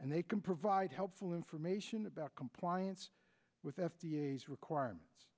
and they can provide helpful information about compliance with f d a requirements